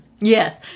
Yes